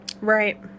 Right